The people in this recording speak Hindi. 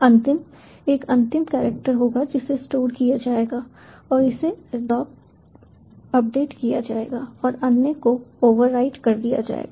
अंतिम एक अंतिम कैरेक्टर होगा जिसे स्टोर किया जाएगा और उसे अपडेट किया जाएगा और अन्य को ओवरराइट कर दिया जाएगा